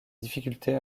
difficultés